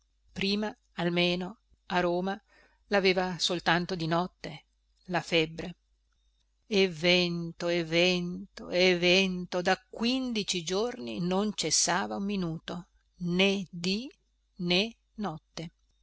prima almeno a roma laveva soltanto di notte la febbre e vento e vento e vento da quindici giorni non cessav a un minuto né dì né notte